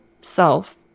self